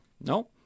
No